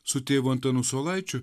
su tėvu antanu saulaičiu